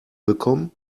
bekommen